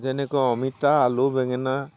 যেনেকৈ অমিতা আলু বেঙেনা